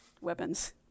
weapons